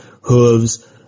hooves